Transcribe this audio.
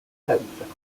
towns